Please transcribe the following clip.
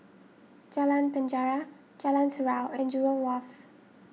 Jalan Penjara Jalan Surau and Jurong Wharf